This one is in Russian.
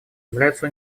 является